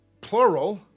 plural